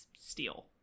steal